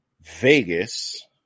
Vegas